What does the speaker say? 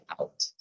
out